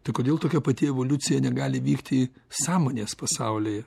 tai kodėl tokia pati evoliucija negali vykti sąmonės pasaulyje